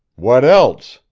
what else?